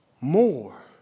more